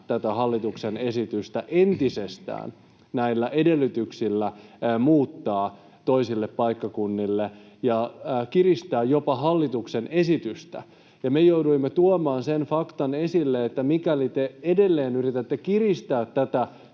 hallituksen esitystä entisestään näillä edellytyksillä muuttaa toiselle paikkakunnalle, kiristää jopa hallituksen esitystä. Me jouduimme tuomaan sen faktan esille, että mikäli te edelleen yritätte kiristää tätä